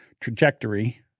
trajectory